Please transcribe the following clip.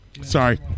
Sorry